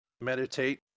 meditate